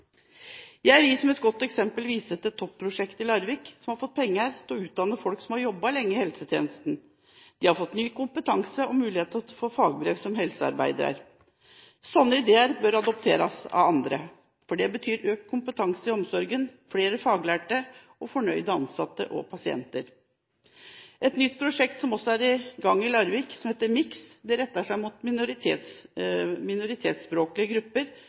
vi ser, de er gjennom å få faglig kompetanse satt i stand til å møte Samhandlingsreformen. Jeg vil som et godt eksempel vise til Topp-prosjektet i Larvik, som har fått penger til å utdanne folk som har jobbet lenge i helsetjenesten. De har fått ny kompetanse og mulighet til å få fagbrev som helsearbeider. Slike ideer bør adopteres av andre, for det betyr økt kompetanse i omsorgen, flere faglærte og fornøyde ansatte og pasienter. Et nytt prosjekt som også er i gang i Larvik, som heter MIKS,